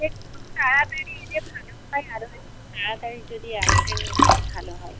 একটু তাড়াতাড়ি এলে ভালো হয় আরও একটু তাড়াতাড়ি যদি আসেন ভালো হয়